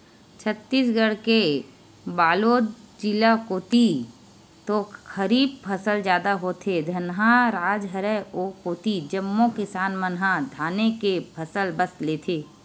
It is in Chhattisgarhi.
छत्तीसगढ़ के बलोद जिला कोती तो खरीफ फसल जादा होथे, धनहा राज हरय ओ कोती जम्मो किसान मन ह धाने के फसल बस लेथे